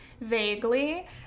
vaguely